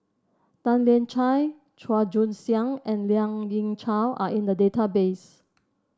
Tan Lian Chye Chua Joon Siang and Lien Ying Chow are in the database